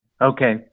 Okay